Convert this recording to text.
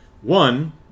One